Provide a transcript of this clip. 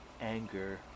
anger